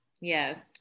Yes